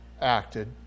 acted